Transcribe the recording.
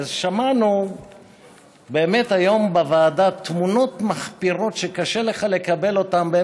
שמענו היום בוועדה על תמונות מחפירות שקשה לך לקבל אותן,